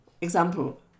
Example